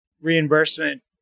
reimbursement